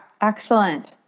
excellent